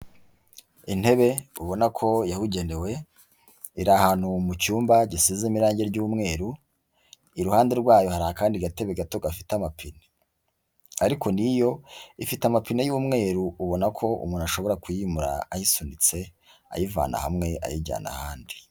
Intebe ubona ko yabugenewe, iri ahantu mu cyumba gisizemo irangi ry'umweru, iruhande rwayo hari akandi gatebe gato gafite amapine. Ariko n'iyo, ifite amapine y'umweru, ubona ko umuntu ashobora kuyimura ayisunitse, ayivana hamwe ayijyana ahandi.